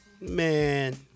Man